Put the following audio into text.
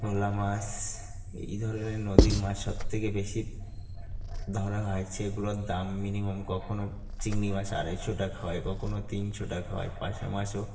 ভোলা মাছ ই ধরনের নদীর মাছ সবথেকে বেশি ধরা হয় সেগুলোর দাম মিনিমাম কখনও চিংড়ি মাছ আড়াইশো টাকা হয় কখনও তিনশো টাকা হয় পার্শে মাছও